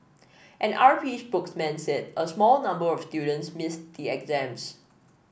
an R P spokesman said a small number of students missed the exams